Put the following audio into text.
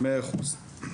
מאה אחוז.